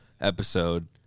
episode